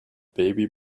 baby